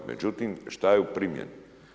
Međutim, šta je u primjeni?